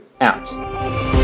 out